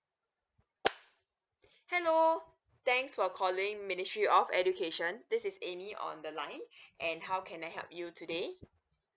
hello thanks for calling ministry of education this is amy on the line and how can I help you today